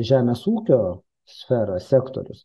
žemės ūkio sferos sektorius